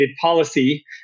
policy